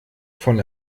von